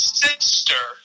sister